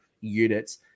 units